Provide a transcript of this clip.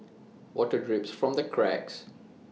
water drips from the cracks